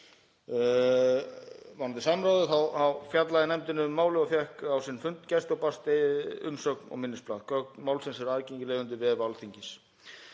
Varðandi samráðið þá fjallaði nefndin um málið og fékk á sinn fund gesti og barst umsögn og minnisblað. Gögn málsins eru aðgengileg á vef Alþingis.